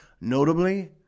Notably